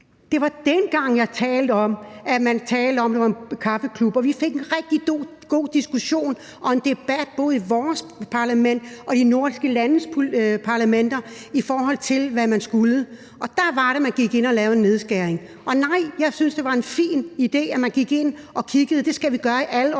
Det var dengang, jeg talte om, altså at man talte om, at det var en kaffeklub. Og vi fik en rigtig god diskussion og en debat i både vores parlament og i de nordiske landes parlamenter, i forhold til hvad man skulle, og der var det, man gik ind og lavede en nedskæring. Og ja, jeg synes, det var en fin idé, at man gik ind og kiggede på det. Det skal vi gøre i alle organisationer